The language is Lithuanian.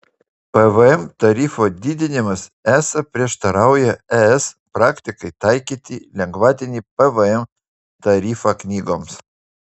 pvm tarifo didinimas esą prieštarauja es praktikai taikyti lengvatinį pvm tarifą knygoms